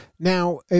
Now